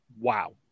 Wow